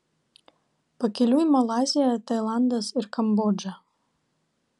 pakeliui malaizija tailandas ir kambodža